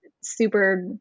super